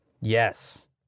Yes